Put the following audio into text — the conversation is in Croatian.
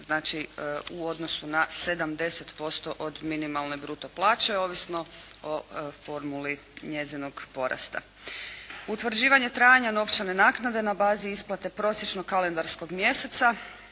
znači u odnosu na 70% od minimalne bruto plaće, ovisno o formuli njezinog porasta. Utvrđivanje trajanja novčane naknade na bazi isplate prosječnog kalendarskog mjeseca